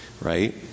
right